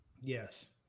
Yes